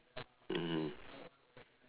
mmhmm